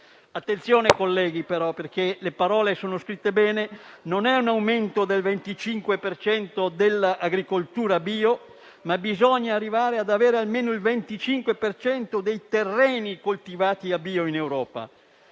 Attenzione, colleghi, però, perché le parole sono scritte bene: non è un aumento del 25 per cento dell'agricoltura bio, ma bisogna arrivare ad avere almeno il 25 per cento dei terreni coltivati a bio in Europa.